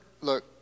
look